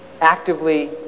actively